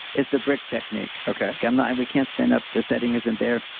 is the brick technique. okay. yeah and and we can't stand up. the setting isn't there.